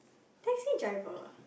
taxi driver